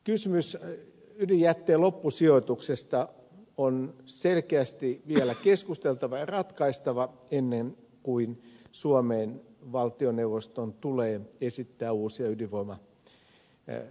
kysymys ydinjätteen loppusijoituksesta on selkeästi vielä keskusteltava ja ratkaistava ennen kuin suomeen valtioneuvoston tulee esittää uusia ydinvoimalaitoslupia